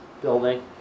building